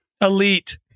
Elite